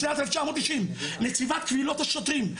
בשנת 1990. נציבת קבילות השוטרים,